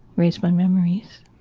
erase my memories.